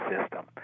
system